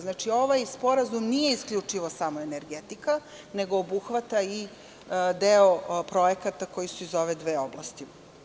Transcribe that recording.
Znači, ovaj sporazum nije isključivo samo energetika, nego obuhvata i deo projekata koji su iz ove dve oblasti.